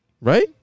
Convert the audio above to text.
right